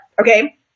okay